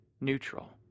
neutral